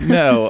no